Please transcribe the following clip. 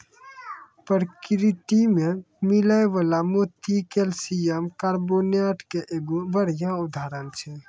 परकिरति में मिलै वला मोती कैलसियम कारबोनेट के एगो बढ़िया उदाहरण छै